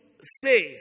says